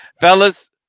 fellas